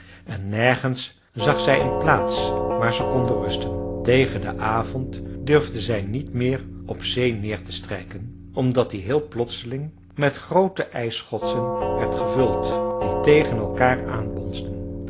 en nergens zag zij een plaats waar ze konden rusten tegen den avond durfde zij niet meer op zee neer te strijken omdat die heel plotseling met groote ijsschotsen werd gevuld die tegen elkaar aan bonsden